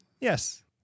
Yes